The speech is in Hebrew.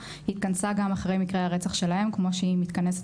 התכנסה גם אחרי מקרי הרצח שלהן כמו שהיא מתכנסת